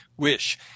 Wish